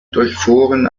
durchfuhren